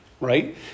right